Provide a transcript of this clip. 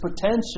potential